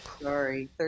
Sorry